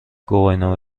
گواهینامه